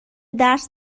درس